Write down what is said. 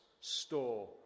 store